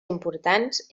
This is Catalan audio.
importants